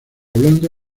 hablando